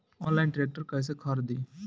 Online tractor कैसे खरदी?